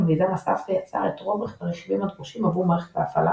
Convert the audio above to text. המיזם אסף ויצר את רוב הרכיבים הדרושים עבור מערכת ההפעלה